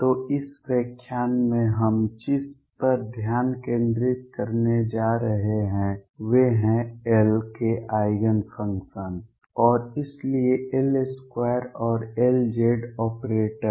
तो इस व्याख्यान में हम जिस पर ध्यान केंद्रित करने जा रहे हैं वे हैं L के आइगेन फंक्शन और इसलिए L2 और Lz ऑपरेटर